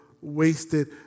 wasted